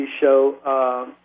show